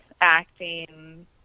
acting